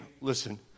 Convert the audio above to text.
listen